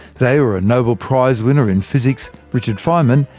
they were a nobel prize winner in physics, richard feynman,